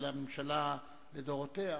אלא הממשלה לדורותיה.